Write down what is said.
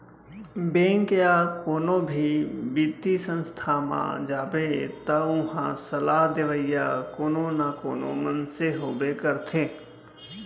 bank या कोनो भी बित्तीय संस्था म जाबे त उहां सलाह देवइया कोनो न कोनो मनसे होबे करथे